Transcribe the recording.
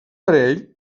parell